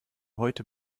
heute